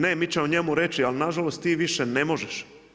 Ne, mi ćemo njemu reći ali na žalost ti više ne možeš.